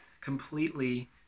completely